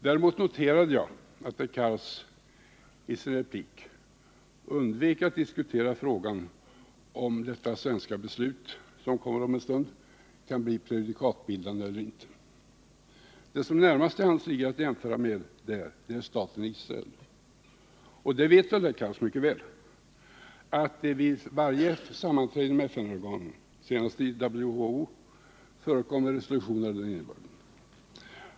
Däremot noterade jag att herr Cars i sitt anförande undvek att diskutera frågan om detta svenska beslut, som kommer om en stund, kan bli prejudikatsbildande eller inte. Det som är närmast till hands att jämföra med är staten Israel. Och herr Cars vet mycket väl att vid varje sammanträde med FN-organen, senast i WHO, förekommer resolutioner av den innebörden.